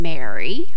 Mary